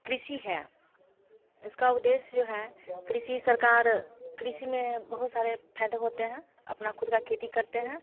कृषि है इसका उद्देश्य जो है कृषि सरकार कृषि में बहुत सारे फ़ायदे होते हैं अपनी ख़ुद की खेती करते हैं